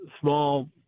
small